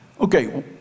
Okay